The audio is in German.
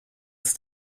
ist